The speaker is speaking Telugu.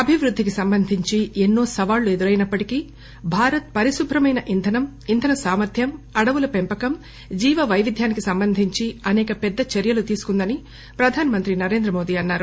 అభివృద్దికి సంబంధించి ఎన్నో సవాళ్లు ఎదురైనప్పటికీ భారత్ పరిశుభ్రమైన ఇంధనం ఇంధన సామర్వ్యం అడవుల పెంపకం జీవ పైవిధ్యానికి సంబంధించి అనేక పెద్ద చర్యలు తీసుకుందని ప్రధానమంత్రి నరేంద్రమోదీ అన్నారు